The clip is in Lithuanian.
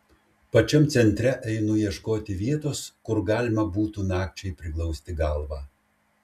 pačiam centre einu ieškoti vietos kur galima būtų nakčiai priglausti galvą